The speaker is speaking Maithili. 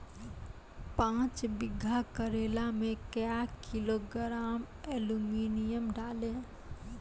पाँच बीघा करेला मे क्या किलोग्राम एलमुनियम डालें?